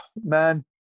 man